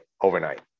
Overnight